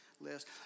list